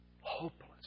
hopeless